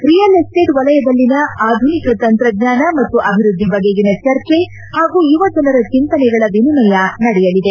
real estate ವಲಯದಲ್ಲಿನ ಆಧುನಿಕ ತಂತ್ರಜ್ಞಾನ ಮತ್ತು ಅಭಿವೃದ್ಧಿ ಬಗೆಗಿನ ಚರ್ಚೆ ಹಾಗೂ ಯುವಜನರ ಚಿಂತನೆಗಳ ವಿನಿಮಯ ನಡೆಯಲಿದೆ